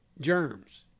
germs